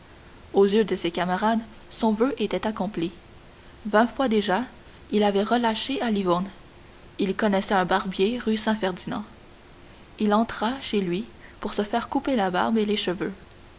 aux yeux de ses camarades son voeu était accompli vingt fois déjà il avait relâché à livourne il connaissait un barbier rue saint ferdinand il entra chez lui pour se faire couper la barbe et les cheveux